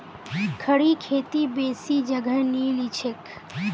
खड़ी खेती बेसी जगह नी लिछेक